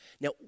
Now